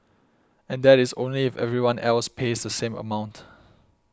and that is only if everyone else pays the same amount